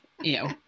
Ew